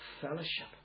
Fellowship